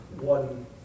one